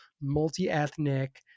multi-ethnic